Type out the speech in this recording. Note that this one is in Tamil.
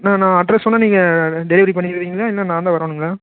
அண்ணா நான் அட்ரஸ் சொன்னால் நீங்கள் டெலிவரி பண்ணிடுவீங்களா இல்லை நான் தான் வரணும்ங்களா